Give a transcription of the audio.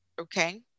Okay